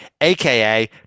aka